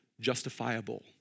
justifiable